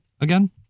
again